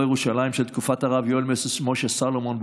ירושלים של תקופת הרב יואל משה סלומון,